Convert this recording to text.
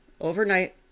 overnight